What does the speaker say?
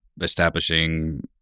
establishing